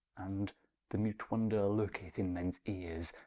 and the mute wonder lurketh in mens eares,